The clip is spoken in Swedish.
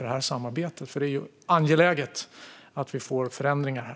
Det är ju angeläget att vi får förändringar här.